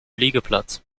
liegeplatz